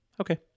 okay